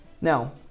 now